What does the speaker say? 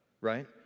right